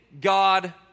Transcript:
God